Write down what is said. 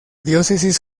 diócesis